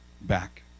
back